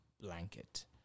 blanket